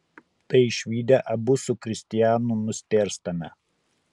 tai išvydę abu su kristianu nustėrstame